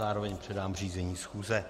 Zároveň předám řízení schůze.